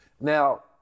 Now